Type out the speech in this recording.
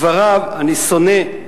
דבריו: אני שונא,